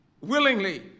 willingly